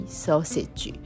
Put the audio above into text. sausage